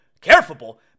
careful